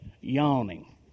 yawning